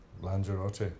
Lanzarote